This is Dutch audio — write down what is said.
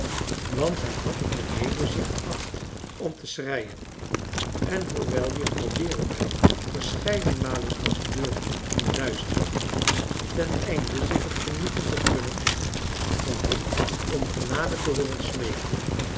want hij had het beneden zich geacht om te schreien en hoewel juffrouw berebijt verscheiden malen aan de deur ging luisteren ten einde zich het genoegen te gunnen van hem om genade te hooren smeeken